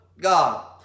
God